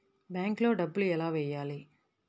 బ్యాంక్లో డబ్బులు ఎలా వెయ్యాలి?